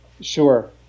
Sure